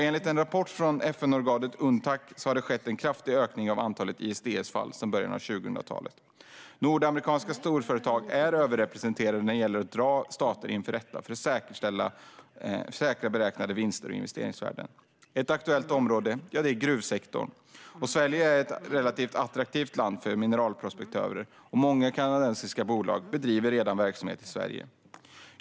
Enligt en rapport från FN-organet Unctad har det skett en kraftig ökning av antalet ISDS-fall sedan början av 2000-talet. Nordamerikanska storföretag är överrepresenterade när det gäller att dra stater inför rätta för att säkra beräknade vinster och investeringsvärden. Ett aktuellt område är gruvsektorn. Sverige är ett relativt attraktivt land för mineralprospektörer, och många kanadensiska bolag bedriver redan verksamhet i Sverige.